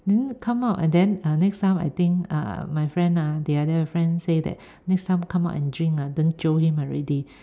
then come out and then uh next time I think uh my friend ah the other friend say that next time come out and drink ah don't jio him already